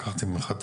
לקחתי ממך,